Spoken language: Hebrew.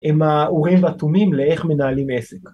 ‫עם האורים והתומים לאיך מנהלים עסק.